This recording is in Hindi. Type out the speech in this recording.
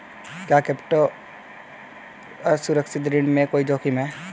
क्या कॉर्पोरेट असुरक्षित ऋण में कोई जोखिम है?